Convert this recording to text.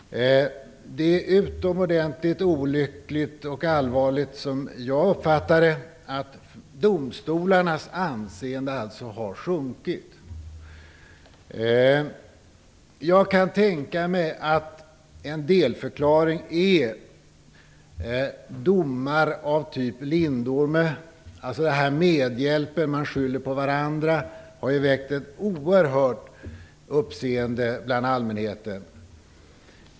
Det är utomordentligt olyckligt och allvarligt att, som jag uppfattar det, domstolarnas anseende har sjunkit. Jag kan tänka mig att en delförklaring är domar såsom den i Lindomefallet. I det fallet handlade det om medhjälp, man skyllde på varandra. Det har väckt ett oerhört uppseende bland allmänheten.